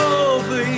over